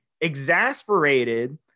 exasperated